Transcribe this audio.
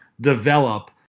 develop